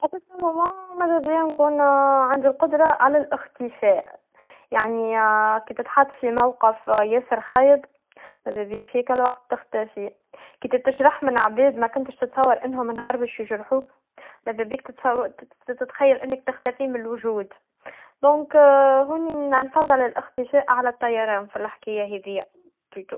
في الوقت الحالي, ماذا بيان نكون عندي القدرا على الإختفاء, يعني كي تتحط في موقف ياسر خايب, ماذا بيك في ذيا الوقت تختفي, كي تتشرح من عباد مكنتش تتصور إنه نهار باش يجرحوك, ماذا بيك تتصو- تتص- تتخيل إنك تختفي من الوجود, لذا إنا نفضل الاختفاء على الطيران في الحكايا هذيا.